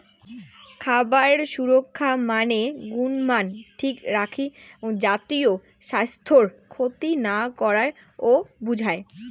খাবার সুরক্ষা মানে গুণমান ঠিক রাখি জাতীয় স্বাইস্থ্যর ক্ষতি না করাং ও বুঝায়